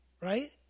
right